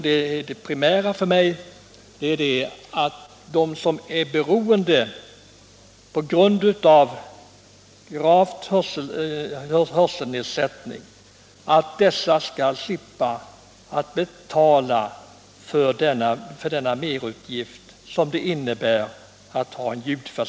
Det primära för mig är att de som på grund av grav hörselnedsättning är beroende av ljudförstärkare skall slippa att betala den merkostnad som det innebär att ha en sådan.